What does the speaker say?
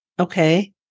Okay